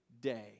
day